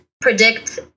predict